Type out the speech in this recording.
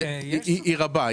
היא רבה.